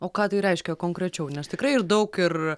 o ką tai reiškia konkrečiau nes tikrai ir daug ir